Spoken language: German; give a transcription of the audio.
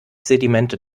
sedimente